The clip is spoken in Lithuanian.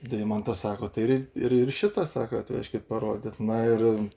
deimantas sako tai ri ir ir šitą sako atvežkit parodyt na ir